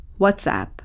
WhatsApp